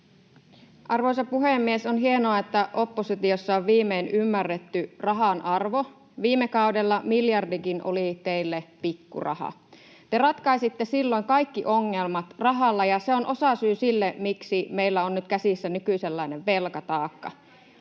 Arvoisa puhemies! On hienoa, että oppositiossa on viimein ymmärretty rahan arvo. Viime kaudella miljardikin oli teille pikkuraha. Te ratkaisitte silloin kaikki ongelmat rahalla, ja se on osasyy sille, miksi meillä on nyt käsissä nykyisenlainen velkataakka.